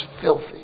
filthy